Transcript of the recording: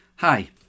Hi